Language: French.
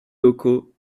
locaux